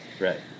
Right